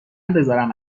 بذارم